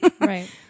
Right